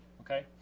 okay